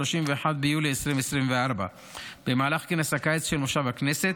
31 ביולי 2024. במהלך כנס הקיץ של מושב הכנסת